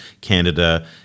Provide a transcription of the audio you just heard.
Canada